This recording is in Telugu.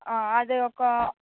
అది ఒక